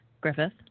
Griffith